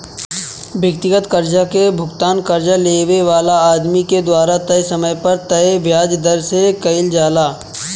व्यक्तिगत कर्जा के भुगतान कर्जा लेवे वाला आदमी के द्वारा तय समय पर तय ब्याज दर से कईल जाला